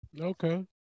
Okay